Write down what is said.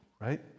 Right